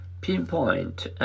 Pinpoint